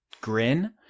grin